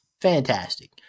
Fantastic